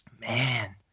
Man